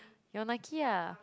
your Nike ah